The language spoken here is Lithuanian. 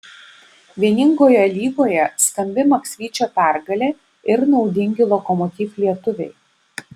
vieningoje lygoje skambi maksvyčio pergalė ir naudingi lokomotiv lietuviai